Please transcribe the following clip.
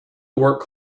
work